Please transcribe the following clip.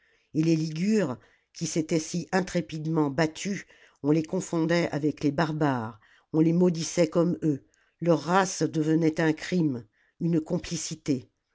et les ligures qui s'étaient si intrépidement battus on les confondait avec les barbares on les maudissait comme eux leur race devenait un crime une complicité